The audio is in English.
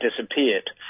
disappeared